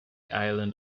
island